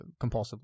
compulsively